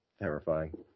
terrifying